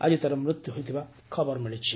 ଆଜି ତା'ର ମୃତ୍ୟୁ ହୋଇଥିବା ଖବର ମିଳିଛି